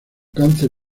cáncer